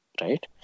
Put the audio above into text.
right